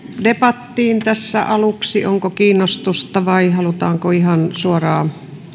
debattiin tässä aluksi onko kiinnostusta vai halutaanko ihan suoraan